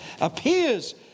appears